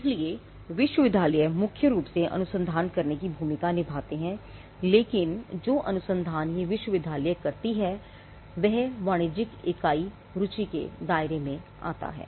इसलिए विश्वविद्यालय मुख्य रूप से अनुसंधान करने की भूमिका निभाते हैंलेकिन जो अनुसंधान यह विश्वविद्यालय करती है वह वाणिज्यिक इकाई रुचि के दायरे में आता है